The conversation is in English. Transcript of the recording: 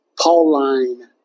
pauline